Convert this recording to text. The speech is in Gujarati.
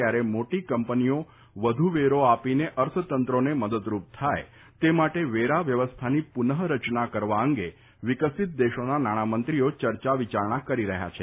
ત્યારે મોટી કંપનીઓ વ્ધુ વેરો આપીને અર્થતંત્રોને મદદરૂપ થાય તે માટે વેરા વ્યવસ્થાની પુનઃરચના કરવા અંગે વિકસિત દેશોના નાણામંત્રીઓ ચર્ચા વિચારણા કરી રહ્યા છે